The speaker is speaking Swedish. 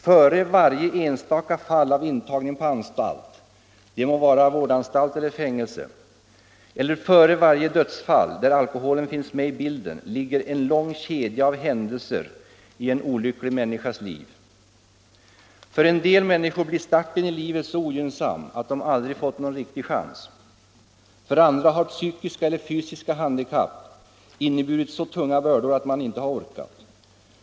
Före varje enstaka fall av intagning på anstalt — det må vara vårdanstalt eller fängelse — eller före varje dödsfall där alkoholen finns med i bilden ligger en lång kedja av händelser i en olycklig människas liv. För en del människor har starten i livet blivit så ogynnsam att de aldrig fått någon riktig chans. För andra har psykiska eller fysiska handikapp inneburit så tunga bördor att man inte orkat.